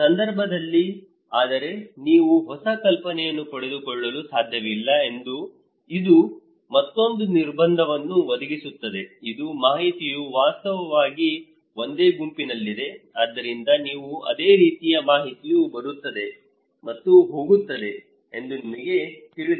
ಸಂದರ್ಭದಲ್ಲಿ ಆದರೆ ನೀವು ಹೊಸ ಕಲ್ಪನೆಯನ್ನು ಪಡೆದುಕೊಳ್ಳಲು ಸಾಧ್ಯವಿಲ್ಲ ಎಂದು ಇದು ಮತ್ತೊಂದು ನಿರ್ಬಂಧವನ್ನು ಒದಗಿಸುತ್ತದೆ ಇದು ಮಾಹಿತಿಯು ವಾಸ್ತವವಾಗಿ ಒಂದೇ ಗುಂಪಿನಲ್ಲಿದೆ ಆದ್ದರಿಂದ ನೀವು ಅದೇ ರೀತಿಯ ಮಾಹಿತಿಯು ಬರುತ್ತಿದೆ ಮತ್ತು ಹೋಗುತ್ತಿದೆ ಎಂದು ನಿಮಗೆ ತಿಳಿದಿದೆ